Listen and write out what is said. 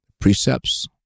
precepts